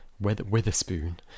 Witherspoon